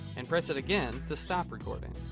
and press it again to stop recording.